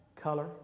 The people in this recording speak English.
color